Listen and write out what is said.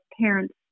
parents